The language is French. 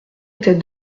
était